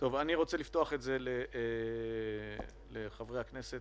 רוצה לפתוח את הדיון לחברי הכנסת.